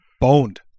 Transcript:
boned